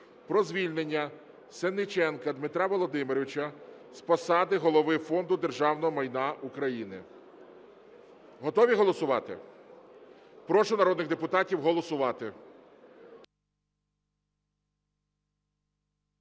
про звільнення Сенниченка Дмитра Володимировича з посади Голови Фонду державного майна України. Готові голосувати? Прошу народних депутатів голосувати.